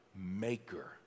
maker